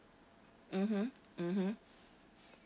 mmhmm mmhmm